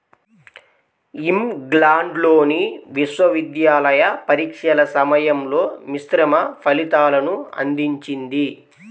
ఇంగ్లాండ్లోని విశ్వవిద్యాలయ పరీక్షల సమయంలో మిశ్రమ ఫలితాలను అందించింది